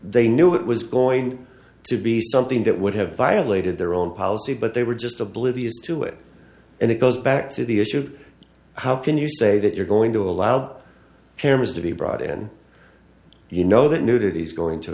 they knew it was going to be something that would have violated their own policy but they were just oblivious to it and it goes back to the issue of how can you say that you're going to allow the cameras to be brought in you know that nudity is going to